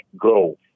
go